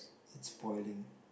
it's spoiling